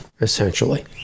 essentially